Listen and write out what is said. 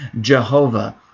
Jehovah